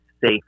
safe